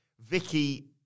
Vicky